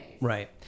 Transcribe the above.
Right